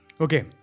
Okay